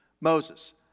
Moses